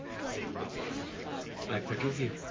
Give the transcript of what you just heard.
but it's all my fault. i forgive you.